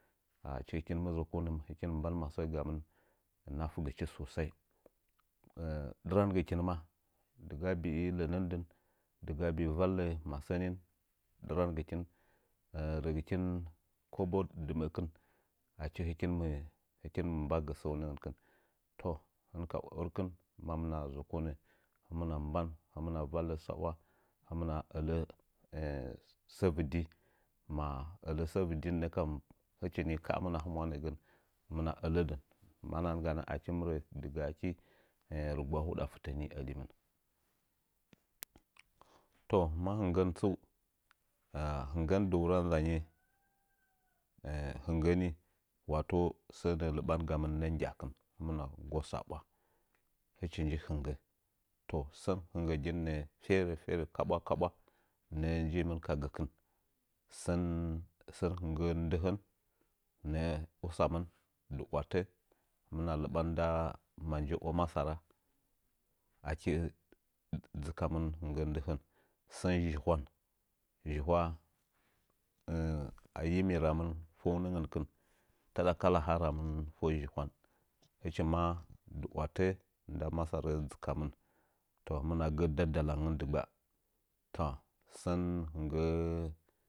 Achi hɨkin mɨ zəkonə hɨkin mɨ mba masə gamɨn naigɨchi susai dɨragikin ma dɨga bi i lənəndɨn dɨga bi'i vallə ma sənin dɨrangɨkin rəgɨkin kabo dɨn achi hɨkin mɨ ba gə səunə ngnkɨn toh hɨn ka ərkɨn mamna zəkonə hɨmna ban hɨmna vallə sa'wa himna ələ səə vɨdi ma ələsə vɨdi nəkana hɨchi ni kə'əmɨna hɨmula nə'əngən hɨmna ələdɨn mannə ganə achim nə dɨga aki rɨgwa hada fɨtə ni əlimɨn, toh ma hɨnggən tsu hinggən dɨ wura nzanyi hinggɨ ni wato sə nə'ə lɨbən gamɨn nda nggya'akɨn hɨmna nggosə ka ɓwa hɨchi nji hɨnggə toh sən hinggə in nə'ə ferə ferə kabwa kabwa nə'ə njimɨn ka gəkɨn səi san hɨnggə ndɨhən nə'ə lisamin ndɨ watə hɨmna liɓan nda ma je'o masaran ake'ə dzi kamɨn ndɨhən sən zhihucan zhihwan ayimi rami ɨn faunə ngənkɨn taɗa kala ha ramɨn fo zhihwan hɨchi maa dɨ watə nda masara dzɨkamɨn toh himna gə'ə nda da langən dɨgba toh sən hɨnggə.